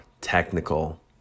technical